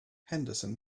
henderson